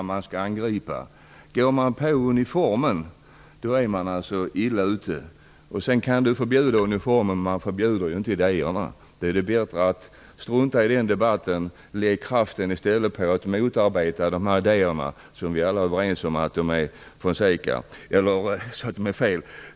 Går man till angrepp mot uniformen är man illa ute. Man kan förbjuda uniformerna, men man förbjuder ändå inte idéerna. Då är det bättre att strunta i den debatten och i stället lägga kraften på att motarbeta de här idéerna. Vi är alla överens om att de är fel.